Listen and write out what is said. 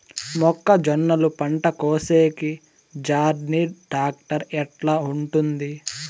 మొక్కజొన్నలు పంట కోసేకి జాన్డీర్ టాక్టర్ ఎట్లా ఉంటుంది?